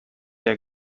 der